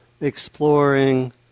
exploring